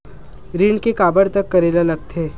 ऋण के काबर तक करेला लगथे?